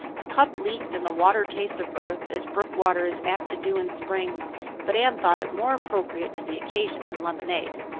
the cup leaked, and the water tasted of earth, as brook water is apt to do in spring but anne thought it more appropriate to the occasion than lemonade.